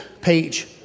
page